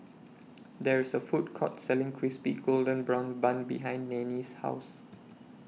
There IS A Food Court Selling Crispy Golden Brown Bun behind Nanie's House